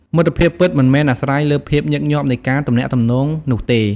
មិត្តភាពពិតមិនមែនអាស្រ័យលើភាពញឹកញាប់នៃការទំនាក់ទំនងនោះទេ។